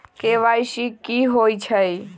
KYC कि होई छई?